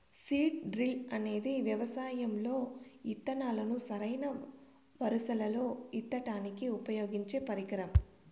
seed drill అనేది వ్యవసాయం లో ఇత్తనాలను సరైన వరుసలల్లో ఇత్తడానికి ఉపయోగించే పరికరం